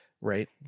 Right